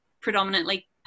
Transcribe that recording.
predominantly